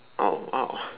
oh oh